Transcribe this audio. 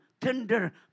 tender